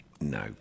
no